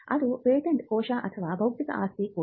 ಅದು ಪೇಟೆಂಟ್ ಕೋಶ ಅಥವಾ ಬೌದ್ಧಿಕ ಆಸ್ತಿ ಕೋಶ